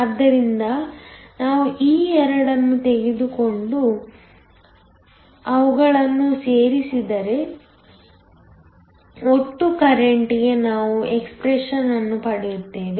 ಆದ್ದರಿಂದ ನಾವು ಈ 2 ಅನ್ನು ತೆಗೆದುಕೊಂಡು ಅವುಗಳನ್ನು ಸೇರಿಸಿದರೆ ಒಟ್ಟು ಕರೆಂಟ್ಗೆ ನಾವು ಎಕ್ಸ್ಪ್ರೆಶನ್ ಅನ್ನು ಪಡೆಯುತ್ತೇವೆ